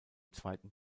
zweiten